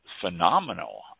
phenomenal